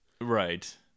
Right